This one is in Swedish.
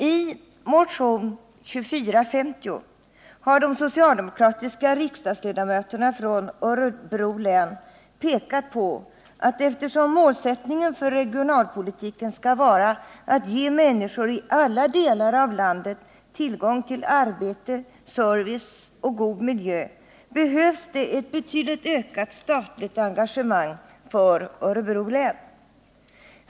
I motionen 2450 har vi socialdemokratiska riksdagsledamöter från Örebro län pekat på att eftersom målsättningen för regionalpolitiken skall vara att ge människor i alla delar av landet tillgång till arbete, service och god miljö behövs det ett betydligt ökat statligt engagemang för Örebro län.